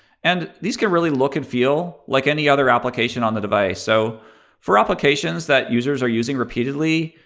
and these can really look and feel like any other application on the device. so for applications that users are using repeatedly,